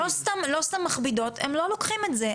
לא סתם מכבידות, הם לא לוקחים את זה.